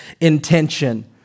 intention